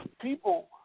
People